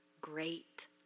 great